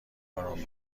آرام